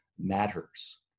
matters